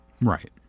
Right